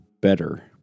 better